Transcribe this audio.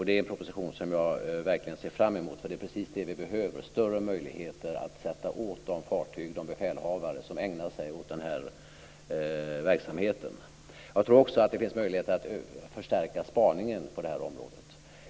Det är en proposition jag ser fram emot. Vi behöver större möjligheter att sätta åt de fartyg och befälhavare som ägnar sig åt denna verksamhet. Jag tror också att det finns möjligheter att förstärka spaningen på området.